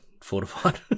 fortified